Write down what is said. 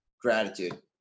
gratitude